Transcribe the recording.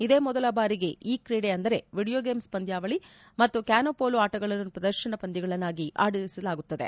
ಇದೇ ಮೊದಲ ಬಾರಿಗೆ ಇ ಕ್ರೀಡೆ ಅಂದರೆ ವಿಡಿಯೋ ಗೇಮ್ಸ್ ಪಂದ್ವಾವಳಿ ಮತ್ತು ಕ್ಯಾನೋ ಮೋಲೊ ಆಟಗಳನ್ನು ಪ್ರದರ್ತನ ಪಂದ್ಯಗಳಾಗಿ ಆಡಿಸಲಾಗುತ್ತದೆ